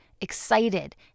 excited